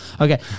Okay